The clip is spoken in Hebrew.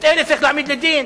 את אלה צריך להעמיד לדין.